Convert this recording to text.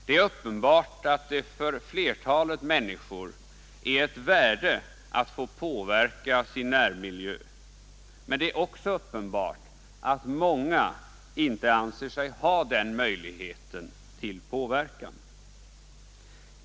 Det är uppenbart att det för flertalet människor är ett värde att få påverka sin närmiljö. Men det är också uppenbart att många inte anser sig ha den möjligheten till påverkan.